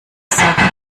sachen